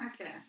okay